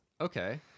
Okay